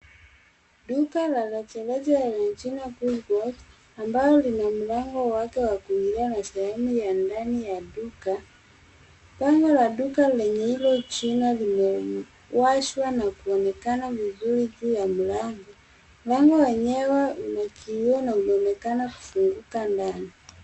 Duka la rejareja lenye jina Woolworths ambalo lina mlango wake wa kuingilia na sehemu ya ndani ya duka .Bango la duka lenye hilo jina limewashwa na kuonekana vizuri juu ya mlango. Mlango wenyewe una kioo na unaonekana kufunguka ndani.